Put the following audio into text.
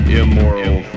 immoral